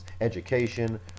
Education